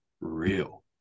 real